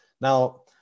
Now